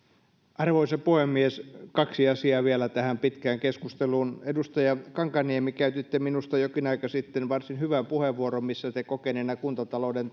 arvoisa puhemies kaksi asiaa vielä tähän pitkään keskusteluun edustaja kankaanniemi käytitte minusta jokin aika sitten varsin hyvän puheenvuoron missä te kokeneena kuntatalouden